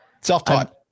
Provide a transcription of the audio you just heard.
Self-taught